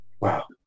Wow